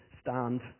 stand